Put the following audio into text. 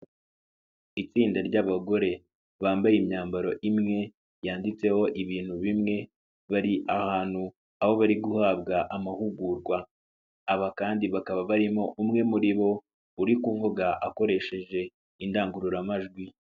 Itsinda ry'abagore bambaye imyambaro imwe yanditseho ibintu bimwe, bari ahantu aho bari guhabwa amahugurwa, aba kandi bakaba barimo umwe muri bo, uri kuvuga akoresheje indangururamajwi.